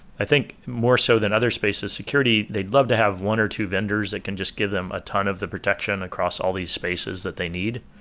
i think more so than other spaces, security they'd love to have one or two vendors that can just give them a ton of the protection across all these spaces that they need.